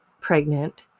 pregnant